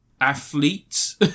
athletes